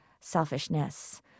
selfishness